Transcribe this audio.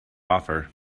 offer